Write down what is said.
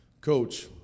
Coach